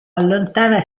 allontana